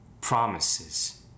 promises